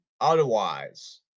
otherwise